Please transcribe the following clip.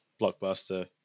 blockbuster